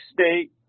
state